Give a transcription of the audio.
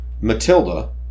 Matilda